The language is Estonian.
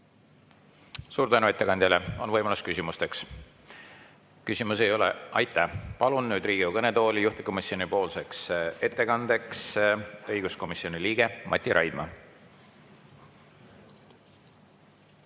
Suur tänu ettekandjale! On võimalus küsimusteks. Küsimusi ei ole. Aitäh! Palun nüüd Riigikogu kõnetooli juhtivkomisjoni ettekandeks õiguskomisjoni liikme Mati Raidma.